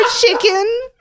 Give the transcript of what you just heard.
chicken